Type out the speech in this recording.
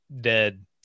dead